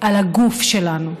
על הגוף שלנו.